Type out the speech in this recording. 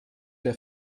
der